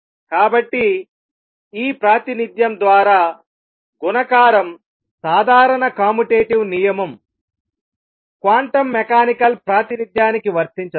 కాబట్టి ఈ ప్రాతినిధ్యం ద్వారా గుణకారం సాధారణ కాముటేటివ్ నియమం క్వాంటం మెకానికల్ ప్రాతినిధ్యానికి వర్తించదు